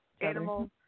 animals